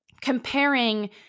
comparing